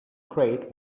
crate